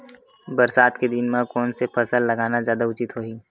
बरसात के दिन म कोन से फसल लगाना जादा उचित होही?